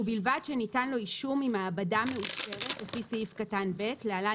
ובלבד שניתן לו אישור ממעבדה מאושרת לפי סעיף קטן (ב) (להלן,